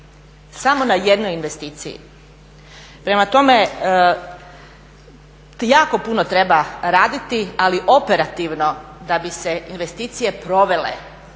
samo na jednoj investiciji. Prema tome, jako puno treba raditi, ali operativno da bi se investicije provele.